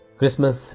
Christmas